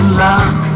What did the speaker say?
love